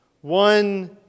One